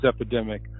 epidemic